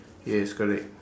yes correct